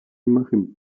imagen